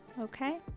Okay